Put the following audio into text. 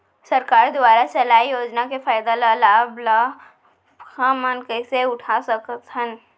सरकार दुवारा चलाये योजना के फायदा ल लाभ ल हमन कइसे उठा सकथन?